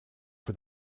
for